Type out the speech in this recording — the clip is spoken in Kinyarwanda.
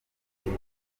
kigo